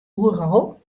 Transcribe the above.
oeral